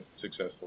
successful